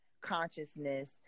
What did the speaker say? consciousness